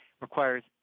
requires